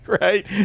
right